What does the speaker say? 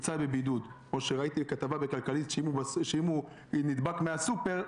ראיתי כתבה ב"כלכליסט" שאם רופא נדבק בסופר,